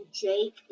Jake